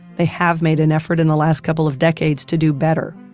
they have made an effort in the last couple of decades to do better.